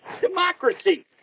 democracy